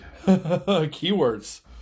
Keywords